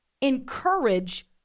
encourage